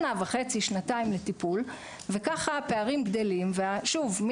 שנה וחצי-שנתיים לטיפול וככה הפערים גדלים ושוב,